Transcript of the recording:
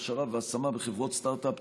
הכשרה והשמה בחברות סטרטאפ,